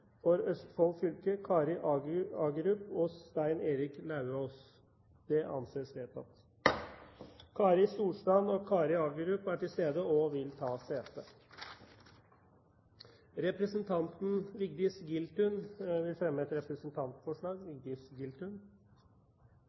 For Østfold fylke: Kari Agerup og Stein Erik Lauvås Kari Storstrand og Kari Agerup er til stede og vil ta sete. Representanten Vigdis Giltun vil fremsette et representantforslag.